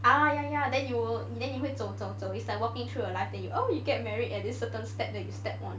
oh ya ya then you will then 你会走走走 is like walking through your life oh you get married at this certain step then you step one